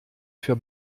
für